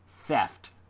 theft